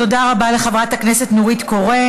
תודה רבה לחברת הכנסת נורית קורן.